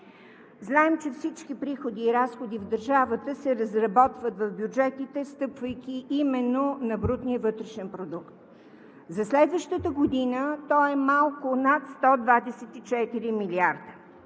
Знаем, че всички приходи и разходи в държавата се разработват в бюджетите, стъпвайки именно на брутния вътрешен продукт. За следващата година той е малко над 124 милиарда.